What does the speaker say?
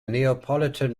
neapolitan